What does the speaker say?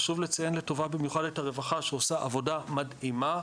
חשוב לציין לטובה במיוחד את הרווחה שעושה עבודה מדהימה.